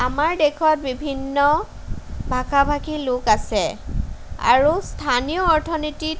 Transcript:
আমাৰ দেশত বিভিন্ন ভাষা ভাষীৰ লোক আছে আৰু স্থানীয় অৰ্থনীতিত